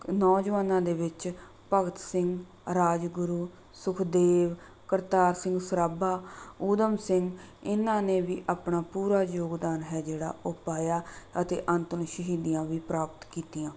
ਨੌਜਵਾਨਾਂ ਦੇ ਵਿੱਚ ਭਗਤ ਸਿੰਘ ਰਾਜਗੁਰੂ ਸੁਖਦੇਵ ਕਰਤਾਰ ਸਿੰਘ ਸਰਾਭਾ ਊਧਮ ਸਿੰਘ ਇਹਨਾਂ ਨੇ ਵੀ ਆਪਣਾ ਪੂਰਾ ਯੋਗਦਾਨ ਹੈ ਜਿਹੜਾ ਉਹ ਪਾਇਆ ਅਤੇ ਅੰਤ ਨੂੰ ਸ਼ਹੀਦੀਆਂ ਵੀ ਪ੍ਰਾਪਤ ਕੀਤੀਆਂ